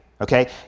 okay